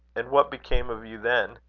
and what became of you then?